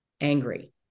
angry